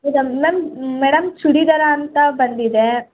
madam ನಮ್ಮ madam churidar ಅಂತ ಬಂದಿದೆ